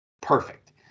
perfect